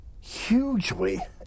hugely